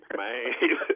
man